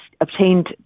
obtained